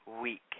week